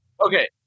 Okay